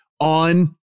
on